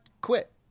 quit